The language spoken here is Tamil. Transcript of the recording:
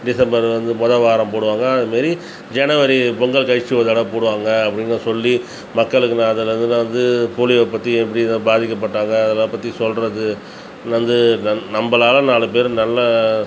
டிசம்பர் வந்து முத வாரம் போடுவாங்க அதமாரி ஜனவரி பொங்கல் கழிச்சு ஒரு தடவை போடுவாங்க அப்படின்லாம் சொல்லி மக்களுக்கு நான் அதுலேந்து தான் வந்து போலியோ பற்றி எப்படிலாம் பாதிக்கப்பட்டாங்க அதெலாம் பற்றி சொல்லுறது வந்து நம் நம்பளால் நாலு பேர் நல்ல